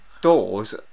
doors